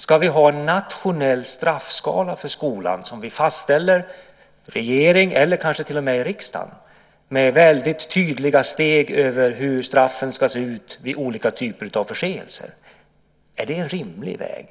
Ska vi ha en nationell straffskala för skolan som vi fastställer i regeringen eller kanske till och med i riksdagen med väldigt tydliga steg i fråga om hur straffen ska se ut vid olika typer av förseelser? Är det en rimlig väg?